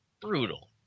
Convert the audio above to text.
brutal